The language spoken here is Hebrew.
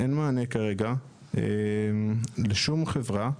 כרגע אין מענה לשום חברה,